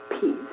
peace